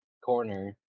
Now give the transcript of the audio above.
corner